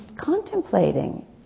contemplating